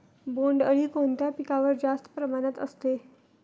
बोंडअळी कोणत्या पिकावर जास्त प्रमाणात असते?